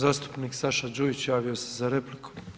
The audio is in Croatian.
Zastupnik Saša Đujić javio se za repliku.